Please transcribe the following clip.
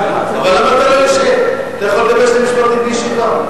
אתה יכול לומר שני משפטים בישיבה.